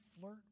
flirt